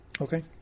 Okay